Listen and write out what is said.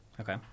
Okay